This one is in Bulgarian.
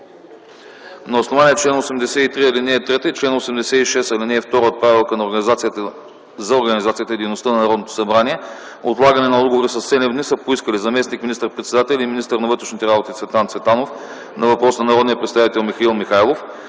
На основание чл. 83, ал. 3 и чл. 86, ал. 2 от Правилника за организацията и дейността на Народното събрание отлагане на отговори със седем дни са поискали заместник министър-председателят и министър на вътрешните работи Цветан Цветанов – на въпрос от народния представител Михаил Михайлов;